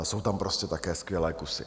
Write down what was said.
Jsou tam prostě také skvělé kusy.